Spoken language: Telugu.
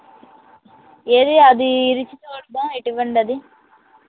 ఏది అది విరిచి చూద్దాం ఇటు ఇవ్వండి అది